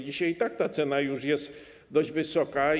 Dzisiaj i tak ta cena jest już dość wysoka.